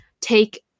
take